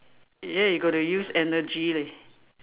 ya you got to use energy leh